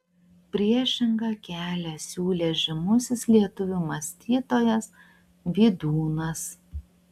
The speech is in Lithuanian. priešingą kelią siūlė žymusis lietuvių mąstytojas vydūnas